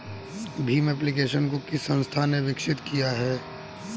Bhim application को किस संस्था ने विकसित किया है?